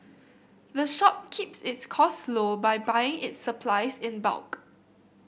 the shop keeps its costs low by buying its supplies in bulk